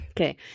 Okay